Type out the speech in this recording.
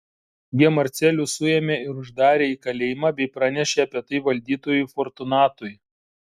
jie marcelių suėmė ir uždarė į kalėjimą bei pranešė apie tai valdytojui fortunatui